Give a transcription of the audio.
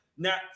Now